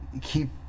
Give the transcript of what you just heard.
keep